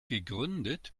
gegründet